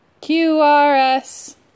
Q-R-S